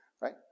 right